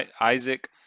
Isaac